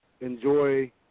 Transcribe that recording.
enjoy